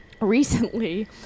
recently